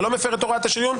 היא שאלה לא ברורה עד הסוף.